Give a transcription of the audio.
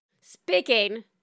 Speaking